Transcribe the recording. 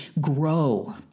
grow